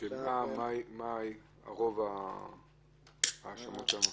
מה רוב ההאשמות שם?